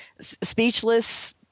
speechless